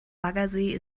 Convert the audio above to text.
baggersee